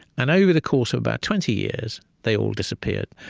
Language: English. and over the course of about twenty years, they all disappeared.